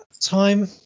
time